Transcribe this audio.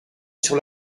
sur